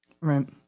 Right